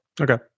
Okay